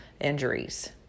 injuries